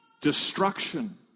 destruction